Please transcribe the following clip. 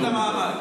לוין.